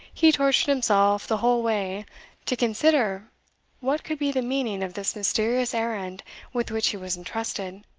he tortured himself the whole way to consider what could be the meaning of this mysterious errand with which he was entrusted,